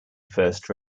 first